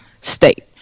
state